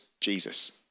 Jesus